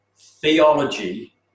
theology